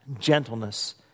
gentleness